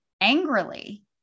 angrily